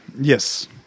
Yes